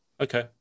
Okay